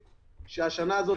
צריך לזכור שהשנה הזאת,